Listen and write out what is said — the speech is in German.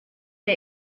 der